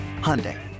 Hyundai